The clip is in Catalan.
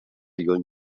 lluny